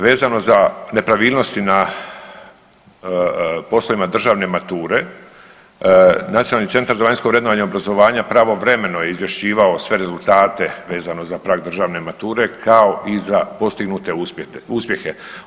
Vezano za nepravilnosti na poslovima državne mature Nacionalni centar za vanjsko vrednovanje obrazovanja pravovremeno je izvješćivao sve rezultate vezano za prag državne mature, kao i za postignute uspjehe.